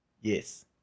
Yes